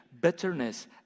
bitterness